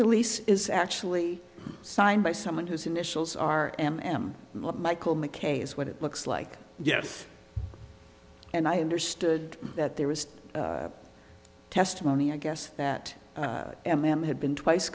the lease is actually signed by someone whose initials are m m michael mckay is what it looks like yes and i understood that there was testimony i guess that m m had been twice